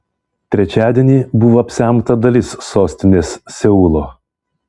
trečiadienį buvo apsemta dalis sostinės seulo